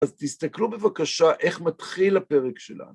אז תסתכלו בבקשה איך מתחיל הפרק שלנו.